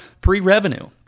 pre-revenue